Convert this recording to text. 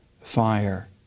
fire